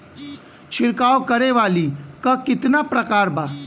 छिड़काव करे वाली क कितना प्रकार बा?